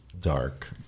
Dark